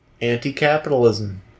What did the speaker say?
Anti-capitalism